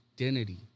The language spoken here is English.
identity